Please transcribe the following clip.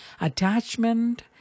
Attachment